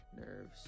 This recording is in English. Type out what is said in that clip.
nerves